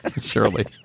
surely